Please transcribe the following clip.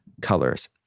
colors